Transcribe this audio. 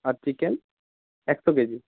আর chicken একশো KG